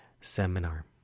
seminar